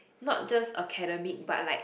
not just academic but like